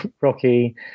Rocky